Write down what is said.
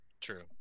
True